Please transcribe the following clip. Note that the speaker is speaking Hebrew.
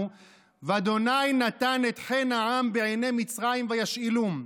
"וה' נתן את חן העם בעיני מצרים וישאלום",